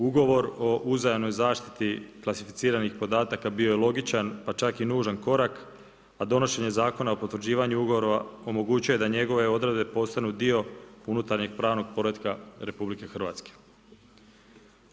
Ugovor o uzajamnoj zaštiti klasificiranih podataka bio je logičan pa čak i nužan korak a donošenje Zakona o potvrđivanju Ugovora omogućuje da njegove odredbe postanu dio unutarnjeg pravnog poretka Republike Hrvatske.